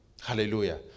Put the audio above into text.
hallelujah